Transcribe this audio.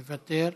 מוותר,